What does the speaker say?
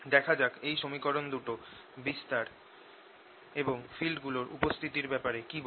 দেখা যাক এই সমীকরণ দুটো বিস্তার এবং ফিল্ড গুলোর উপস্থিতির ব্যাপারে কি বলে